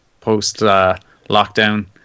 post-lockdown